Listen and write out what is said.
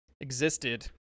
existed